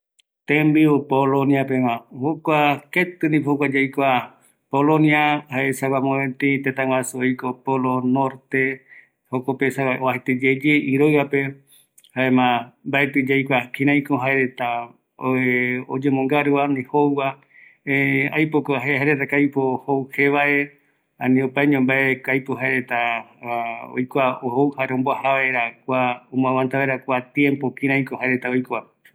Kua tëtäpe aikuaetei ketɨva, reï jokope oajaetesa gua iroɨ, jaema jokoropi oïmeko aipo jae reta jembiu kua iroɨpeguara, aesaa, aikuaavi kïraïko jokopegua tembiu va